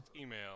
email